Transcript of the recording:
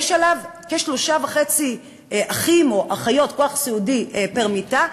יש עליו כ-3.5 אחים או אחיות, כוח סיעודי פר מיטה,